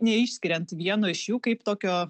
neišskiriant vieno iš jų kaip tokio